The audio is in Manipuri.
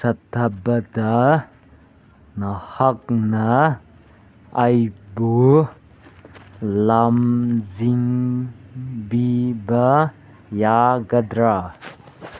ꯆꯠꯊꯕꯗ ꯅꯍꯥꯛꯅ ꯑꯩꯕꯨ ꯂꯝꯖꯤꯡꯕꯤꯕ ꯌꯥꯒꯗ꯭ꯔꯥ